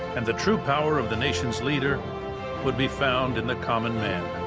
and the true power of the nation's leader would be found in the common man.